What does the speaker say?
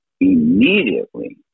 immediately